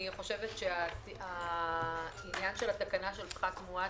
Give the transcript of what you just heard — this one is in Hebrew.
אני חושבת שהתקנה של פחת מואץ,